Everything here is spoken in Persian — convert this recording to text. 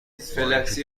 دستش